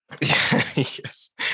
Yes